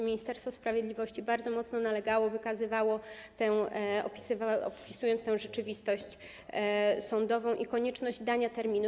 Ministerstwo Sprawiedliwości bardzo mocno nalegało, wskazywało, opisując tę rzeczywistość sądową, na konieczność dania terminu.